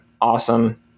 awesome